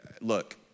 look